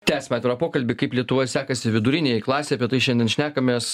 tęsiame pokalbį kaip lietuvoj sekasi vidurinei klasei apie tai šiandien šnekamės